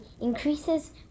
increases